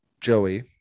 Joey